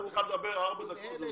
נתתי לך לדבר ארבע דקות.